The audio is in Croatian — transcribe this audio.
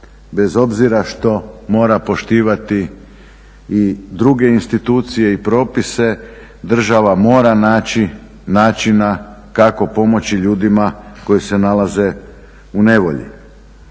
bez obzira što mora poštivati i druge institucije i propise, država mora naći načina kako pomoći ljudima koji se nalaze u nevolji.